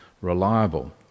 reliable